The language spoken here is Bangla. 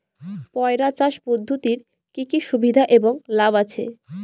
পয়রা চাষ পদ্ধতির কি কি সুবিধা এবং লাভ আছে?